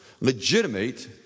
legitimate